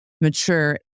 mature